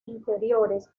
interiores